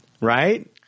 right